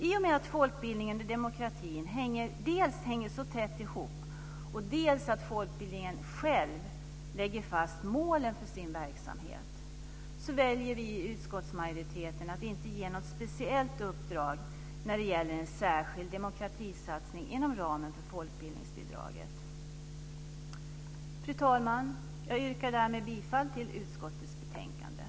I och med att folkbildningen och demokratin hänger så tätt ihop och folkbildningen själv lägger fast målen för sin verksamhet väljer vi i utskottsmajoriteten att inte ge något speciellt uppdrag när det gäller en särskild demokratisatsning inom ramen för folkbildningsbidraget. Fru talman! Jag yrkar därmed bifall till utskottets förslag i betänkandet.